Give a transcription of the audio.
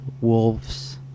wolves